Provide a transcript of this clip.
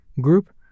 group